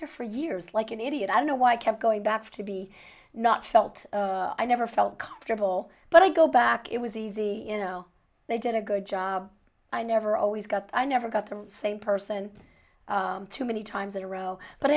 there for years like an idiot i don't know why i kept going back to be not felt i never felt comfortable but i go back it was easy they did a good job i never always got i never got the same person too many times in a row but i